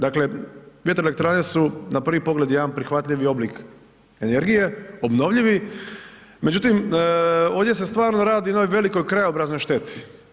Dakle vjetroelektrane su na prvi pogled jedan prihvatljivi oblik energije, obnovljivi međutim ovdje se stvarno radi o jednoj velikoj krajobraznoj šteti.